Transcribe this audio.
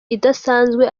idasanzwe